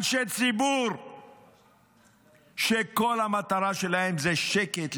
אנשי ציבור שכל המטרה שלהם זה שקט,